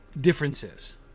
differences